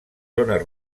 zones